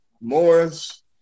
Morris